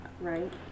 Right